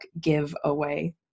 giveaway